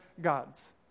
gods